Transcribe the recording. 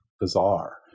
bizarre